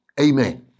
Amen